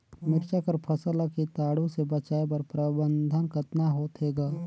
मिरचा कर फसल ला कीटाणु से बचाय कर प्रबंधन कतना होथे ग?